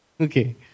Okay